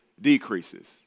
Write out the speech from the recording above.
decreases